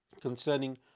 concerning